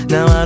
Now